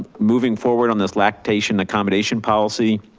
moving forward on this lactation accommodation policy.